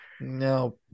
No